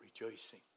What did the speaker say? rejoicing